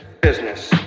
Business